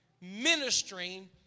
Ministering